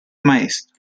maestro